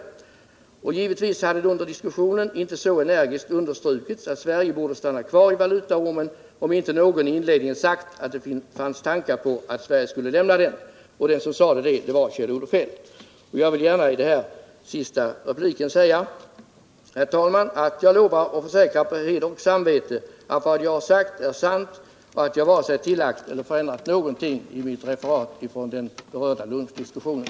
Givetvis hade det under diskussionen inte så energiskt understrukits att Sverige borde stanna kvar i valutaormen, om inte någon i inledningen hade sagt att det fanns tankar på att Sverige skulle lämna den. Och den som sade det var Kjell-Olof Feldt. Jag vill gärna i denna sista replik säga, herr talman, att jag lovar och försäkrar på heder och samvete att vad jag har sagt är sant och att jag inte vare sig tillagt eller förändrat något i mitt referat från den berörda lunchdiskussionen.